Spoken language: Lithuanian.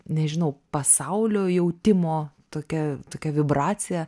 nežinau pasaulio jautimo tokia tokia vibracija